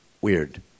Weird